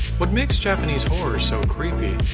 what makes japanese horror so creepy,